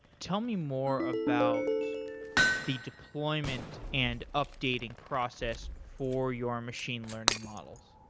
tell me more about the deployment and updating process for your machine learning models.